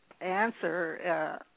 answer